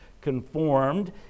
conformed